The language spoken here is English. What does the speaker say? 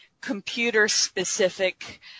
computer-specific